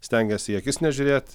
stengies į akis nežiūrėt